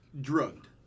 drugged